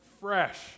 fresh